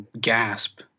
gasp